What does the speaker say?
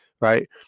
right